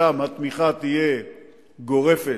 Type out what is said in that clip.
התמיכה תהיה גורפת,